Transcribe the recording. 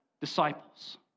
disciples